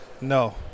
no